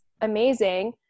amazing